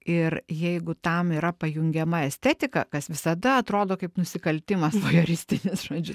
ir jeigu tam yra pajungiama estetika kas visada atrodo kaip nusikaltimas vojeristinis žodžiu